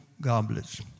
goblets